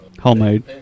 Homemade